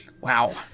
Wow